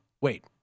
wait